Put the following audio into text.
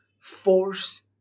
force